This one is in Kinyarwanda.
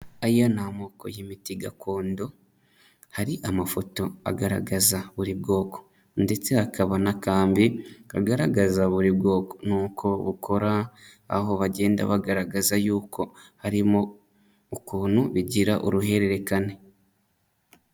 Aya ni amoko y'imiti gakondo, hari amafoto agaragaza buri bwoko ndetse hakaba n'akambi kagaragaza buri bwoko n'uko bukora, aho bagenda bagaragaza yuko harimo ukuntu bigira uruhererekane.